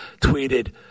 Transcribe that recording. tweeted